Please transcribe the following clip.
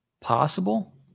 possible